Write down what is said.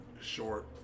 short-